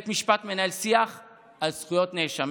בית המשפט מנהל שיח על זכויות נאשמים,